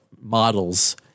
models